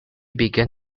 began